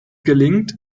gelingt